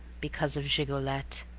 because of gigolette.